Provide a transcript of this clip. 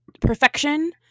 perfection